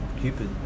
Cupid